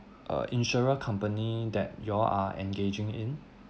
uh insurer company that you are engaging in